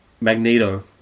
Magneto